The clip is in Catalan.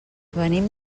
venim